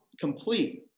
complete